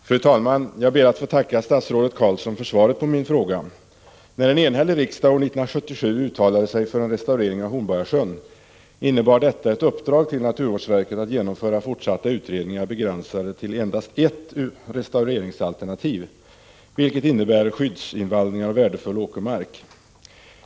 Fru talman! Jag ber att få tacka statsrådet Carlsson för svaret på min fråga. En enhällig riksdag uttalade sig år 1977 för en restaurering av Hornborgasjön. Detta innebar ett uppdrag till naturvårdsverket att genomföra fortsatta utredningar begränsade till endast ett restaureringsalternativ, dvs. skyddsinvallningar av värdefull åkermark.